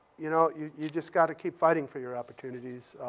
you know, you you just got to keep fighting for your opportunities,